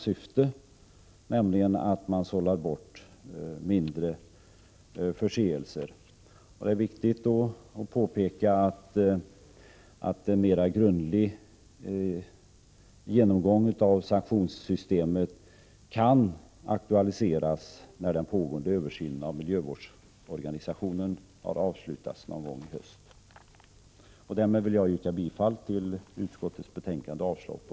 Syftet är att sålla bort mindre förseelser. Det är viktigt att påpeka att en mera grundlig genomgång av sanktionssystemet kan aktualiseras när den pågående översynen av miljövårdsorganisationen har avslutats någon gång i höst. Därmed vill jag yrka bifall till utskottets hemställan och avslag på